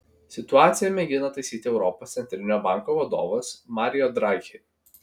situaciją mėgina taisyti europos centrinio banko vadovas mario draghi